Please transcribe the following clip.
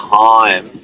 time